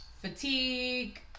fatigue